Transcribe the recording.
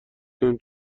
کنیم